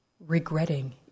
Regretting